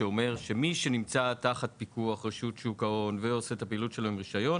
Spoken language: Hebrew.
שאומר שמי שנמצא תחת פיקוח רשות שוק ההון ועושה את הפעילות של הרישיון